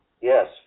Yes